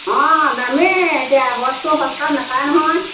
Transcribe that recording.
অঁ দামেই এতিয়া বস্তু সস্তাত নাপায় নহয়